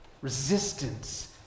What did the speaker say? resistance